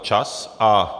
Čas a...